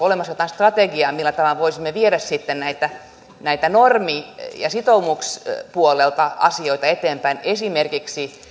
olemassa jotain strategiaa millä tavalla me voisimme viedä näitä normi ja sitoumuspuolen asioita eteenpäin esimerkiksi